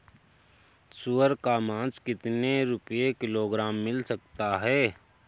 सुअर का मांस कितनी रुपय किलोग्राम मिल सकता है?